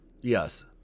Yes